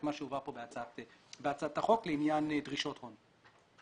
מה שהובא כאן בהצעת החוק לעניין דרישות הון.